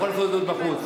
יכול לעשות זאת בחוץ.